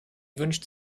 wünscht